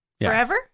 Forever